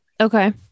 okay